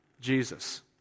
Jesus